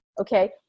Okay